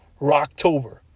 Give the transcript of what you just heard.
Rocktober